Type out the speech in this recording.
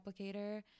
applicator